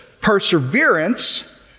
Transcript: Perseverance